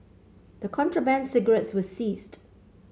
the contraband cigarettes were seized